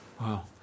Wow